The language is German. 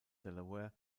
delaware